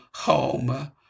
home